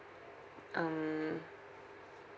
um